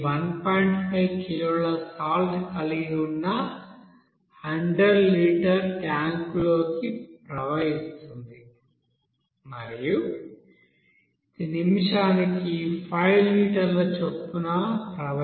5 కిలోల సాల్ట్ కలిగి ఉన్న 100 లీటర్ ట్యాంక్లోకి ప్రవహిస్తుంది మరియు ఇది నిమిషానికి 5 లీటర్ చొప్పున ప్రవహిస్తుంది